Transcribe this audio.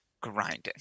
grinding